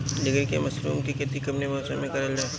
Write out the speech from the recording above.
ढीघरी मशरूम के खेती कवने मौसम में करल जा?